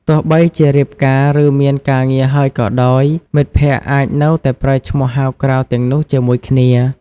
ទោះបីជារៀបការ ឬមានការងារហើយក៏ដោយ មិត្តភក្តិអាចនៅតែប្រើឈ្មោះហៅក្រៅទាំងនោះជាមួយគ្នា។